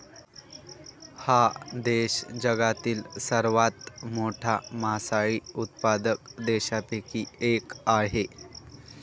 हा देश जगातील सर्वात मोठा मासळी उत्पादक देशांपैकी एक आहे